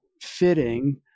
fitting